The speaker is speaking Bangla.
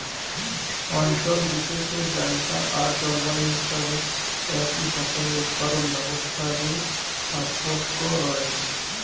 অঞ্চল বিশেষে জায়গা আর জলবায়ু হিসাবে একই ফসলের উৎপাদন ব্যবস্থা রে পার্থক্য রয়